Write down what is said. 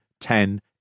ten